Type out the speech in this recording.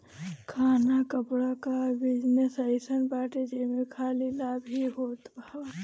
खाना कपड़ा कअ बिजनेस अइसन बाटे जेमे खाली लाभ ही होत बाटे